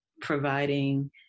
providing